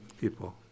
people